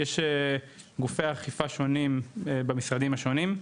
יש גופי אכיפה שונים במשרדים השונים.